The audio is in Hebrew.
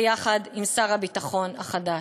ביחד עם שר הביטחון החדש.